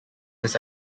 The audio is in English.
this